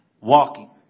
walking